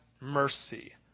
mercy